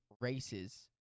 races